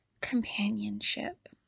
companionship